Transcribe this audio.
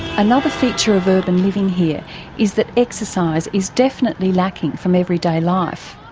another feature of urban living here is that exercise is definitely lacking from everyday life.